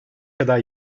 aday